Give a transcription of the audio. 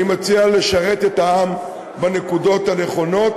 אני מציע לשרת את העם בנקודות הנכונות